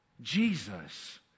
Jesus